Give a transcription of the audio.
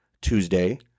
Tuesday